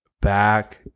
back